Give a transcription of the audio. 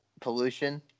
pollution